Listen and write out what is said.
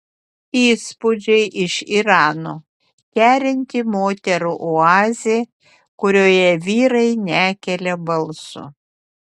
įspūdžiai iš irano kerinti moterų oazė kurioje vyrai nekelia balso